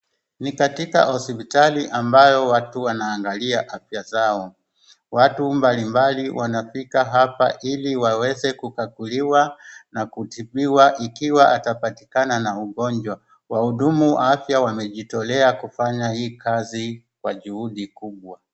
Ni katika hospitali ambayo watu wanaangalia afya zao. Watu mbalimbali wanafika hapa ili waweza kukaguliwa na kutibiwa ikiwa atapatikana na ugonjwa. Wahudumu afya wamejitolea kufanya hii kazi kwa juhudi kubwa.